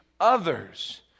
Others